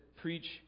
preach